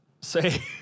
say